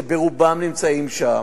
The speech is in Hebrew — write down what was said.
שברובם נמצאים שם.